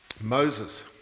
Moses